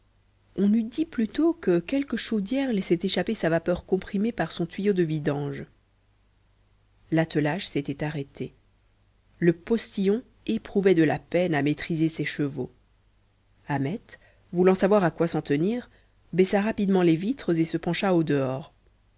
on eût dit plutôt que quelque chaudière laissait échapper sa vapeur comprimée par son tuyau de vidange l'attelage s'était arrêté le postillon éprouvait de la peine à maîtriser ses chevaux ahmet voulant savoir à quoi s'en tenir baissa rapidement les vitres et se pencha au dehors